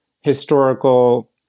historical